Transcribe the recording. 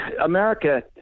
America